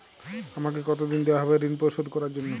আমাকে কতদিন দেওয়া হবে ৠণ পরিশোধ করার জন্য?